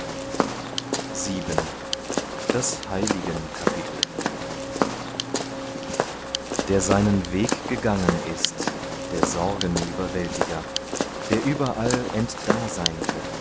arahantavaggo der seinen weg gegangen ist der sorgenüberwältiger der überall